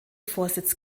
vorsitz